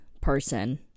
person